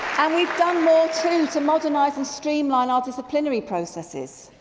and we've done more too to modernise and stream line our disciplinary processes.